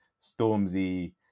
Stormzy